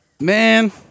man